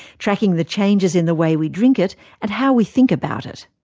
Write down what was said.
tracking the changes in the way we drink it and how we think about it.